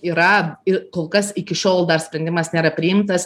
yra ir kol kas iki šiol dar sprendimas nėra priimtas